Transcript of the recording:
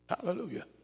Hallelujah